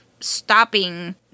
stopping